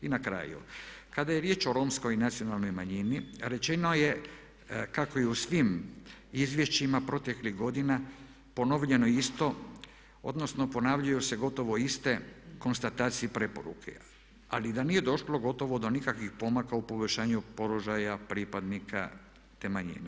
I na kraju, kada je riječ o romskoj nacionalnoj manjini rečeno je kako je u svim izvješćima proteklih godina ponovljeno isto, odnosno ponavljaju se gotovo iste konstatacije i preporuke, ali da nije došlo gotovo do nikakvih pomaka u poboljšanju položaja pripadnika te manjine.